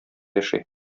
яши